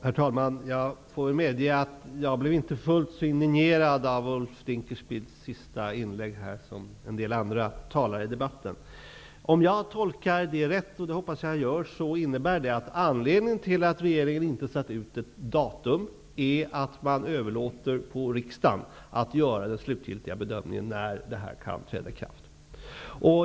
Herr talman! Jag medger att jag inte blev fullt så indignerad av Ulf Dinkelspiels senaste debattinlägg såsom en del andra talare här. Om jag tolkar hans inlägg rätt, vilket jag hoppas att jag gör, är anledningen till att regeringen inte har satt ut ett datum att man överlåter åt riksdagen att göra den slutliga bedömningen när det här kan träda i kraft.